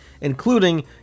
including